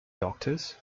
doctors